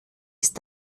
ist